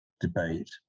debate